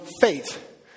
faith